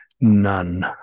none